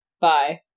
bye